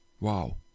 Wow